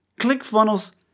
ClickFunnels